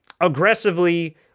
aggressively